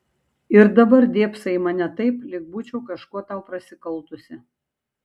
ir dabar dėbsai į mane taip lyg būčiau kažkuo tau prasikaltusi